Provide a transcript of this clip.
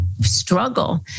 struggle